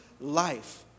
life